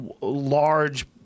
large